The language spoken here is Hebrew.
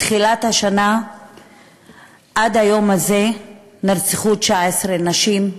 מתחילת השנה עד היום הזה נרצחו 19 נשים,